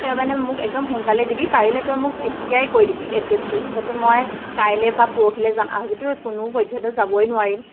সেইটো কাৰণে মোক একদম সোনকালে দিবি পাৰিলে তই মোক এতিয়াই কৈ দিবি এড্ৰেছটো যাতে মই কাইলৈ বা পৰহিলৈ যাম আজিতো কোনোপধ্য়েই যাবই নোৱাৰিম